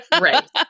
Right